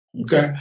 Okay